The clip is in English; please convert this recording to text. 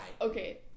Okay